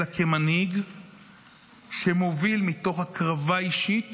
אלא כמנהיג שמוביל מתוך הקרבה אישית